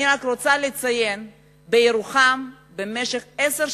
אני רק רוצה לציין, בירוחם, במשך עשר שנים,